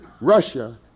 Russia